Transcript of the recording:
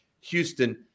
Houston